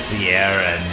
Sierra